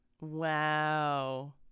Wow